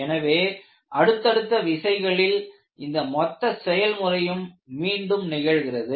எனவே அடுத்தடுத்த விசைகளில் இந்த மொத்த செயல்முறையும் மீண்டும் நிகழ்கிறது